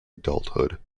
adulthood